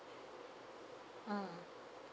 mm